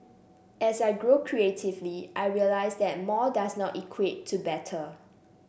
as I grow creatively I realise that more does not equate to better